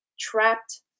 trapped